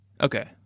Okay